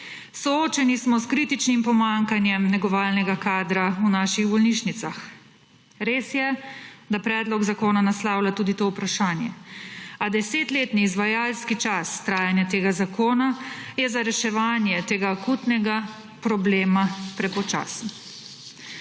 Soočeni smo s kritičnim pomanjkanjem negovalnega kadra v naših bolnišnicah. Res je, da predlog zakona naslavlja tudi to vprašanje, a desetletni izvajalski čas trajanja tega zakona je za reševanje tega akutnega problema prepočasen.